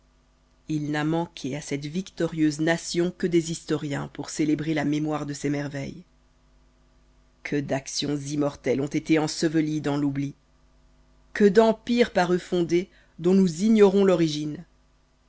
il n'a manqué à cette victorieuse nation que des historiens pour célébrer la mémoire de ses merveilles que d'actions immortelles ont été ensevelies dans l'oubli que d'empires par eux fondés dont nous ignorons l'origine